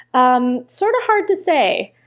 um sort of hard to say,